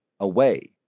away